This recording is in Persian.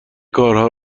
کارها